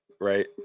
Right